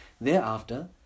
Thereafter